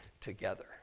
together